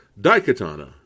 Daikatana